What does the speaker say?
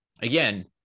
again